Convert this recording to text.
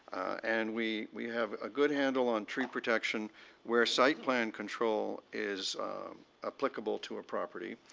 and we we have a good handle on tree protection where site plan control is applicable to a property,